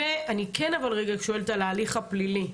אבל אני כן רגע שואלת על ההליך הפלילי,